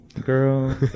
girl